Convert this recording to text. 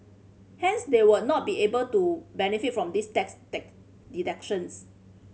hence they would not be able to benefit from these tax deductions